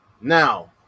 Now